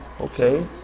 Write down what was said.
Okay